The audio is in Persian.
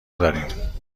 داریم